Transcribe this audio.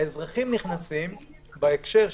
האזרחים נכנסים בהקשר,